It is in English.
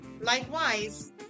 Likewise